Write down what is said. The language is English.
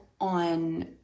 on